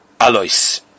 Alois